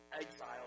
exile